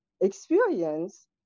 experience